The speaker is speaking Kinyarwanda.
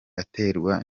aterwa